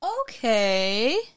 Okay